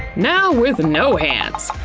now with no hands!